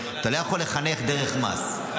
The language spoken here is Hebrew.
אתה לא יכול לחנך דרך מס.